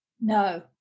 No